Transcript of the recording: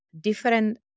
different